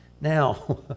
Now